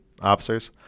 officers